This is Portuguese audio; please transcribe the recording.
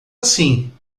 assim